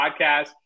podcast